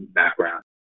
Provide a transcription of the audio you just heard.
background